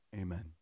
Amen